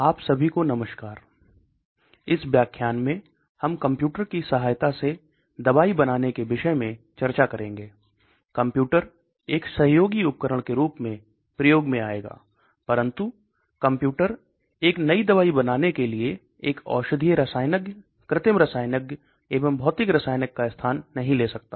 आप सभी को नमस्कार इस व्याख्यान में हम कंप्यूटर की सहायता से दवाई बनाने के विषय में चर्चा करेंगे कंप्यूटर एक सहयोगी उपकरण के रूप में प्रयोग में आएगा परन्तु कंप्यूटर एक नई दवाई बनाने के लिए एक औषधीय रसायनज्ञ कृत्रिम रसायनज्ञ एवं भौतिक रसायनज्ञ का स्थान नहीं ले सकता